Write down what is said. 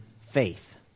faith